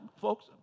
Folks